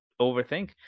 overthink